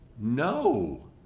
No